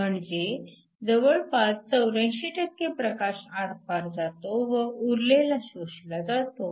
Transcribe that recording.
म्हणजे जवळपास 84 प्रकाश आरपार जातो व उरलेला शोषला जातो